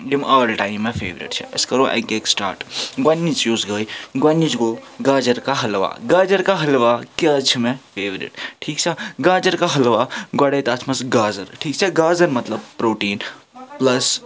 یِم آل اےٚ ٹایم مےٚ فیٚورِٹ چھِ أسۍ کَرو اَکہِ اَکہِ سِٹارٹ گۄڈنِچ یُس گٔے گۄڈنِچ گوٚو گاجَر کا حلوا گاجَر کا حلوا کیٛازِ چھِ مےٚ فیٚورِٹ ٹھیٖک چھا گاجَر کا حلوا گۄڈَے تتھ منٛز گازٕر ٹھیٖک چھا گازٕر مطلب پرٛوٹیٖن پُلَس